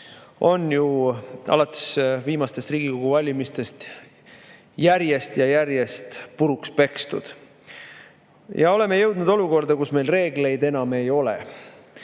on ju alates viimastest Riigikogu valimistest järjest ja järjest puruks pekstud. Me oleme jõudnud olukorda, kus meil reegleid enam ei ole. Meil